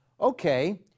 Okay